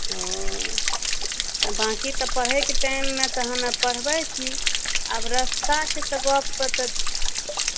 ओ बाकी तऽ पढ़ैके टाइममे तऽ हमे पढ़बै छी आब रास्ताके तऽ गपपर